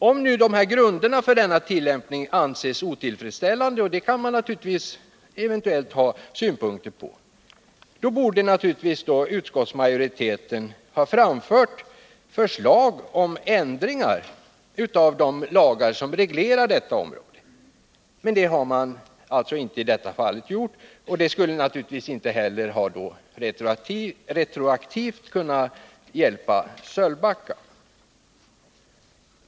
Om nu grunderna för denna tillämpning anses otillfredsställande, och på den saken kan man naturligtvis eventuellt ha synpunkter, borde givetvis utskottsmajoriteten ha lagt fram förslag om ändringar av de lagar som reglerar detta område, men det har den alltså inte gjort i det här fallet. Retroaktivt skulle detta naturligtvis inte ha kunnat hjälpa Sölvbacka.